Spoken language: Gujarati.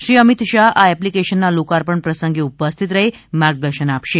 શ્રી અમિત શાહ આ એપ્લીકેશનના લોકાર્પણ પ્રસંગે ઉપસ્થિત રહી માર્ગદર્શન આપશે